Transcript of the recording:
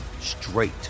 straight